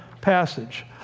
passage